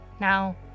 Now